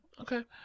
okay